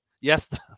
yes